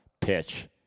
pitch